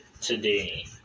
today